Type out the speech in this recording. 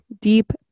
deep